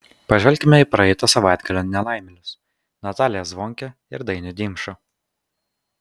pažvelkime į praeito savaitgalio nelaimėlius nataliją zvonkę ir dainių dimšą